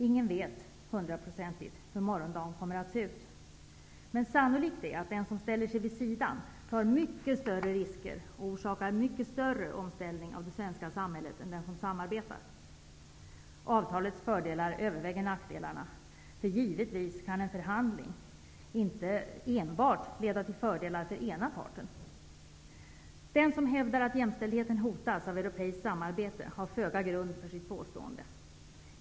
Ingen vet hundraprocentigt hur morgondagen kommer att se ut. Sannolikt är emellertid, att den som ställer sig vid sidan tar mycket större risker och orsakar mycket större omställning av det svenska samhället, än den som samarbetar. Avtalets fördelar överväger nackdelarna. Givetvis kan en förhandling inte enbart leda till fördelar för ena parten. Den som hävdar att jämställdheten hotas av europeiskt samarbete har föga grund för sitt påstående.